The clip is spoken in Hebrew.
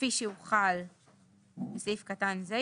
כפי שהוחל בסעיף קטן זה,